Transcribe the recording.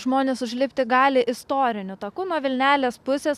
žmonės užlipti gali istoriniu taku nuo vilnelės pusės